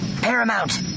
Paramount